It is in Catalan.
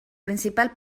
principal